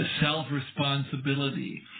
self-responsibility